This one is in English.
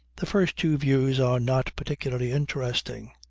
the first two views are not particularly interesting.